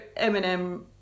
Eminem